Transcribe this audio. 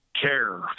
care